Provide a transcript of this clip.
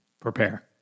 prepare